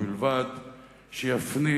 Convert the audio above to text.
ובלבד שיפנים,